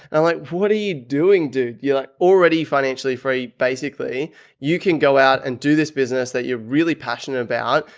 and i'm like, what are you doing dude? you're already financially free. basically you can go out and do this business that you're really passionate about.